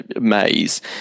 maze